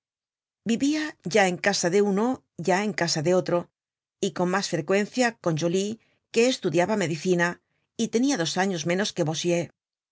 vivia ya en casa de uno ya en casa de otro y con mas frecuencia con joly que estudiaba medicina y tenia dos años menos que